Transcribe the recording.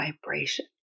vibration